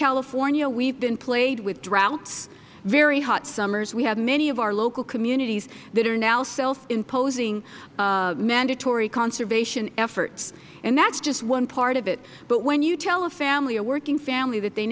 california we have been plagued with droughts very hot summers we have many of our local communities that are now self imposing mandatory conservation efforts and that is just one part of it but when you tell a family a working family that they